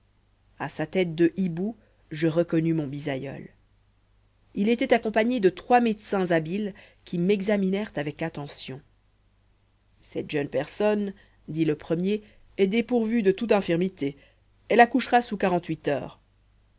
à sa tête de hibou je reconnus mon bisaïeul il était accompagné de trois médecins habiles qui m'examinèrent avec attention cette jeune personne dît le premier est dépourvue de toute infirmité elle accouchera sous quarante-huit heures